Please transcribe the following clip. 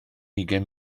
ugain